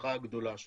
ההצלחה הגדולה שלו.